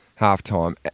halftime